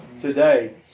today